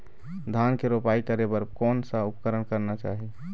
धान के रोपाई करे बर कोन सा उपकरण करना चाही?